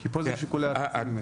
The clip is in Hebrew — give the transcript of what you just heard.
כי פה זה שיקולי התקציב ממילא.